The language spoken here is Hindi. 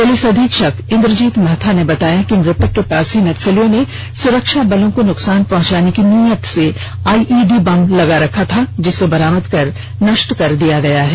पुलिस अधीक्षक इंद्रजीत महथा ने बताया कि मृतक के पास ही नक्सलियों ने सुरक्षा बलों को नुकसान पहुंचाने की नियत से आईईडी बम भी लगा रखा था जिसे बरामद कर नष्ट कर दिया गया है